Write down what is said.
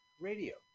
Radio